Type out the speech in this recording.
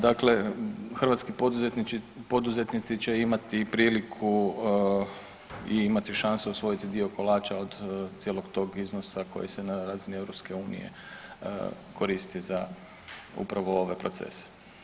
Dakle, hrvatski poduzetnici će imati priliku i imati šansu osvojiti dio kolača od cijelog tog iznosa koji se na razini EU koristi za upravo ove procese.